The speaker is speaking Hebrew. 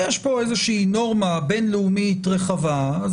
יש פה איזושהי נורמה בין-לאומית רחבה אז